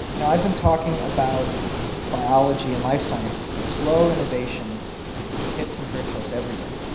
now, i've been talking about biology and life sciences, but slow innovation hits and hurts us everywhere.